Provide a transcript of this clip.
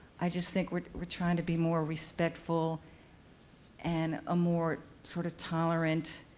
i just think we're we're trying to be more respectful and ah more sort of tolerant,